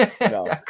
No